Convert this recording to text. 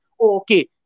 okay